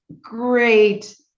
great